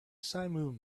simum